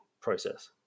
process